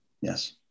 Yes